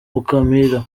mukamira